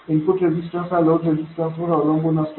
input resistance हा load resistance वर अवलंबून असतो